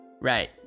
Right